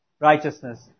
righteousness